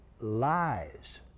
lies